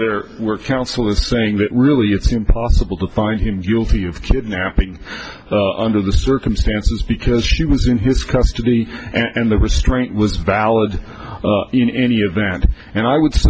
there were counsel is saying that really it's impossible to find him guilty of kidnapping under the circumstances because she was in his custody and the restraint was valid in any event and i would